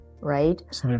right